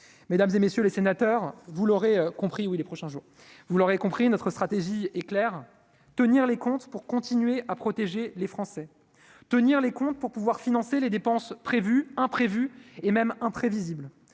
compris oui les prochains jours, vous l'aurez compris notre stratégie est claire tenir les comptes pour continuer à protéger les Français, tenir les comptes pour pouvoir financer les dépenses prévues imprévu et même imprévisible